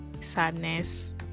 sadness